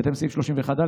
בהתאם לסעיף 31(ד)